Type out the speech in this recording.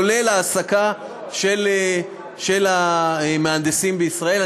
כולל העסקה של המהנדסים בישראל.